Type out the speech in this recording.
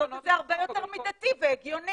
לעשות את זה הרבה יותר מידתי והגיוני.